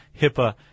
HIPAA